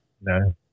No